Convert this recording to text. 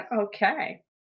okay